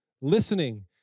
listening